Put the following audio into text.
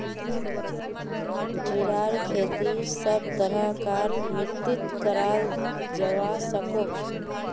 जीरार खेती सब तरह कार मित्तित कराल जवा सकोह